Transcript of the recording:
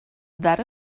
that